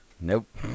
Nope